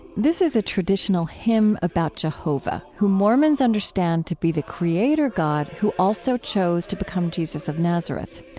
this is a traditional hymn about jehovah, who mormons understand to be the creator god who also chose to become jesus of nazareth.